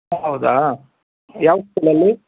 ಹೌದಾ ಯಾವ ಸ್ಕೂಲಲ್ಲಿ